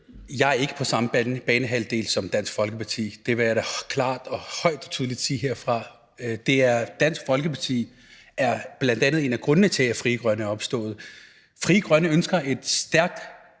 jeg ikke er på samme banehalvdel som Dansk Folkeparti. Det vil jeg da klart og højt og tydeligt sige herfra. Dansk Folkeparti er bl.a. en af grundene til, at Frie Grønne er opstået. Frie Grønne ønsker et stærkt,